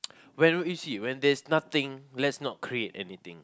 when when you see when there's nothing let's not create anything